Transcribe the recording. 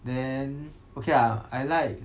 then okay lah I like